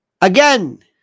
again